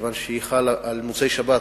כיוון שהיא חלה במוצאי שבת,